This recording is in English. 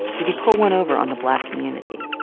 did he pull one over on the black community?